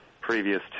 previous